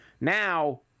Now